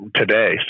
today